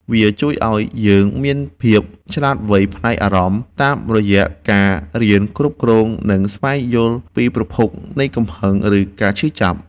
វាជួយឱ្យយើងមានភាពឆ្លាតវៃផ្នែកអារម្មណ៍ តាមរយៈការរៀនគ្រប់គ្រង និងស្វែងយល់ពីប្រភពនៃកំហឹង ឬការឈឺចាប់។